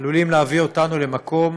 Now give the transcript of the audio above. עלולים להביא אותנו למקום